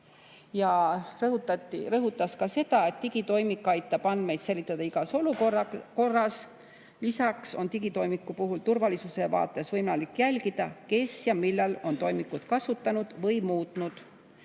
Ta rõhutas ka seda, et digitoimik aitab andmeid säilitada igas olukorras. Lisaks on digitoimiku puhul turvalisuse vaates võimalik jälgida, kes ja millal on toimikut kasutanud või muutnud,